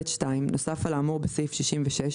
(ב2) נוסף על האמור בסעיף 66,